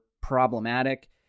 problematic